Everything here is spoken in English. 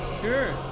Sure